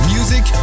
Music